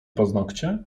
paznokcie